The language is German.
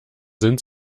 sind